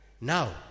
Now